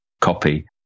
copy